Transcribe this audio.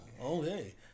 okay